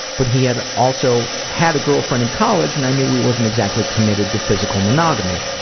but he had also had a girlfriend in college, and i knew he wasn't exactly committed to physical monogamy.